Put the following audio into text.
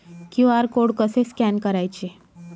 QR code कसे scan करायचे?